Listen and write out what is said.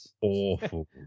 awful